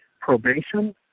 probation